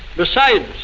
besides,